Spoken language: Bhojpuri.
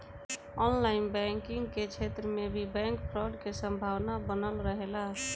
ऑनलाइन बैंकिंग के क्षेत्र में भी बैंक फ्रॉड के संभावना बनल रहेला